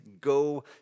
go